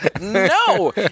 No